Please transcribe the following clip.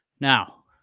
Now